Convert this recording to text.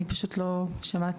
אני פשוט לא שמעתי,